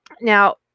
Now